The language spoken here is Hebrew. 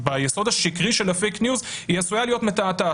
ביסוד השקרי של ה"פייק ניוז" עשויה להיות מתעתעת.